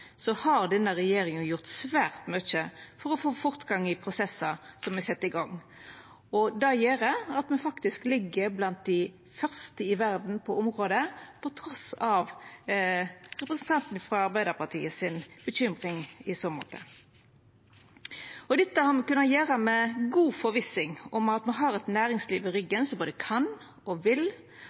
har denne regjeringa gjort svært mykje for å få fortgang i prosessar som er sette i gang. Det gjer at me faktisk ligg blant dei første i verda på området, trass i representanten frå Arbeidarpartiet si bekymring i så måte. Dette har me kunna gjera med god forvissing om at me har eit næringsliv i ryggen som både kan og vil,